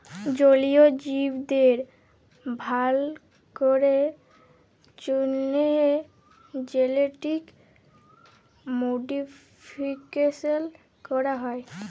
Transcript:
জলীয় জীবদের ভাল ক্যরার জ্যনহে জেলেটিক মডিফিকেশাল ক্যরা হয়